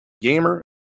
gamer